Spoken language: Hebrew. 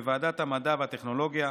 בוועדת המדע והטכנולוגיה,